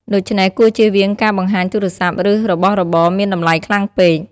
ដូច្នេះគួរជៀសវាងការបង្ហាញទូរស័ព្ទ ឬរបស់របរមានតម្លៃខ្លាំងពេក។